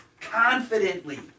confidently